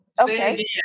Okay